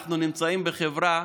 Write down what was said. אנחנו נמצאים בחברה,